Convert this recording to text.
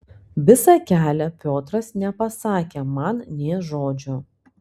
visą kelią piotras nepasakė man nė žodžio